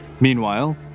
Meanwhile